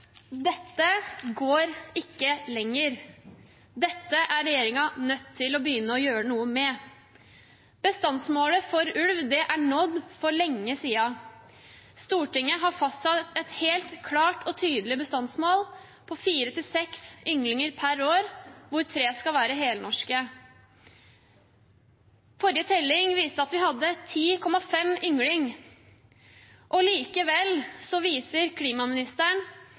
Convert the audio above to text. Dette går ikke lenger. Dette er regjeringen nødt til å begynne å gjøre noe med. Bestandsmålet for ulv er nådd for lenge siden. Stortinget har fastsatt et helt klart og tydelig bestandsmål på fire til seks ynglinger per år, hvor tre skal være helnorske. Forrige telling viste at vi hadde 10,5 ynglinger. Likevel viser klima- og